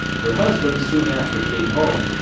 her husband soon after came home,